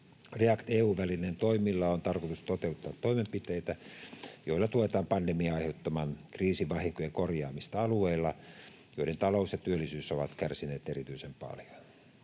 REACT-EU-välineen toimilla on tarkoitus toteuttaa toimenpiteitä, joilla tuetaan pandemian aiheuttamien kriisivahinkojen korjaamista alueilla, joiden talous ja työllisyys ovat kärsineet erityisen paljon.